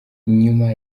nyuma